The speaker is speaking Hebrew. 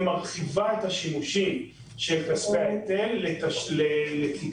מרחיבה את השימושים של כספי ההיטל לטיפולים